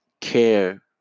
care